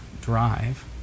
drive